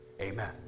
amen